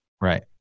Right